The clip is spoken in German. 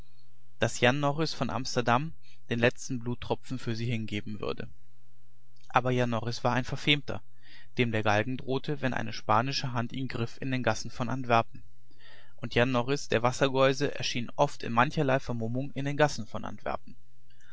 daß jan norris von amsterdam den letzten blutstropfen für sie hingehen würde aber jan norris war ein verfemter dem der galgen drohte wenn eine spanische hand ihn griff in den gassen von antwerpen und jan norris der wassergeuse erschien oft in mancherlei vermummung in den gassen von antwerpen